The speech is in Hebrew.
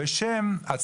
של